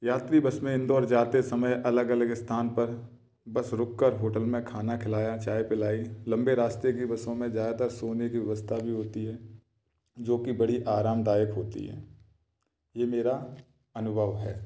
यात्री बस में इंदौर जाते समय अलग अलग स्थान पर बस रुक कर होटल में खाना खिलाया चाय पिलाई लंबे रास्ते की बसों में ज़्यादातर सोने की व्यवस्था भी होती है जो कि बड़ी आरामदायक होती हैं ये मेरा अनुभव है